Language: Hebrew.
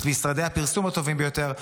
את משרדי הפרסום הטובים ביותר,